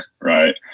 right